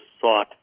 sought